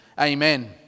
Amen